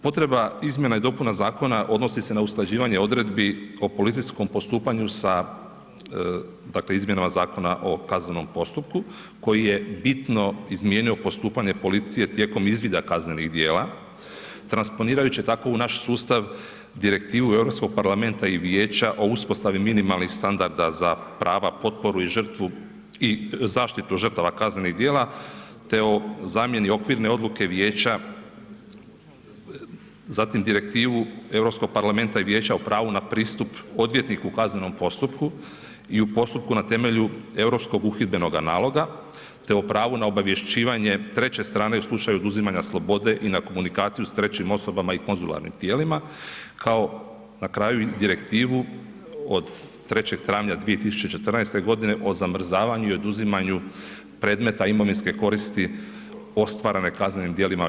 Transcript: Potreba izmjena i dopuna Zakona odnosi se na usklađivanje odredbi o policijskom postupanju sa dakle Izmjenama zakona o kaznenom postupku koji je bitno izmijenio postupanje policije tijekom izvida kaznenih djela transponirajući tako u naš sustav direktivu Europskog parlamenta i Vijeća o uspostavi minimalnih standarda za prava, potporu i žrtvu i zaštitu žrtava kaznenih djela te o zamjeni Okvirne odluke Vijeća, zatim Direktivu Europskog parlamenta i Vijeća o pravu na pristup odvjetniku u kaznenom postupku i u postupku na temelju europskog uhidbenoga naloga te o pravu na obavješćivanje treće strane u slučaju oduzimanja slobode i na komunikaciju sa trećim osobama i konzularnim tijelima kao na kraju i direktivu od 3. travnja 2014. godine o zamrzavanju i oduzimanju predmeta imovinske koristi ostvarene kaznenim djelima u EU.